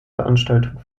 veranstaltung